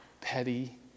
petty